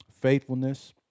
faithfulness